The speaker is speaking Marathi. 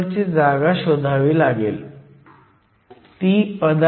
21 शिवाय काहीच नाही ती 0